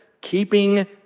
keeping